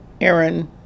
Aaron